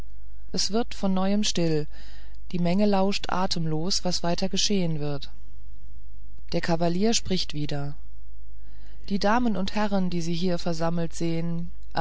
es wird von neuem still die menge lauscht atemlos was weiter geschehen wird der kavalier spricht wieder die damen und herren die sie hier versammelt sehen